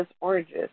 oranges